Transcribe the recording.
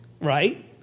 Right